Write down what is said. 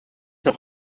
noch